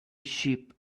sheep